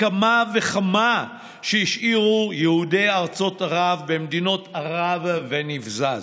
כמה וכמה שהשאירו יהודי ארצות ערב במדינות ערב ונבזז.